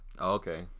okay